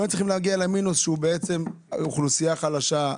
לא היינו צריכים להגיע למינוס שהוא בעצם אוכלוסייה חלשה,